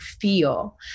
feel